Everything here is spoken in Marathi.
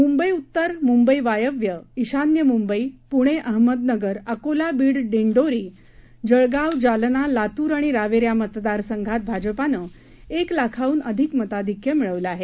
मुंबई उत्तर मुंबई वायव्य ईशान्य मुंबई पुणे अहमदनगर अकोला बीड दींडोरी जळगाव जालना लातूर धुळे आणि रावेर या मतदारसंघात भाजपाने एक लाखाहून अधिक मताधिक्य मिळवले आहे